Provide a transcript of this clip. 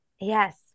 Yes